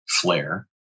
flare